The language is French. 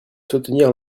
soutenir